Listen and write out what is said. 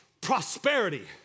prosperity